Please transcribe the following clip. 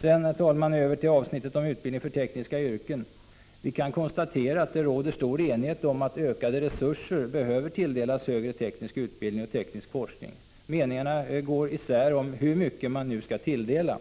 Sedan över till avsnittet om utbildning för tekniska yrken. Jag kan konstatera att det råder stor enighet om att ökade resurser behöver tilldelas till högre teknisk utbildning och teknisk forskning. Meningarna går isär om hur mycket som skall tilldelas.